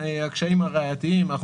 הקשיים הראייתיים הם מאוד מאוד גדולים,